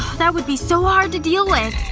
that would be so hard to deal with